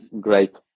great